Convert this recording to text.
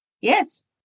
yes